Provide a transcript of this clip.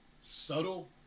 subtle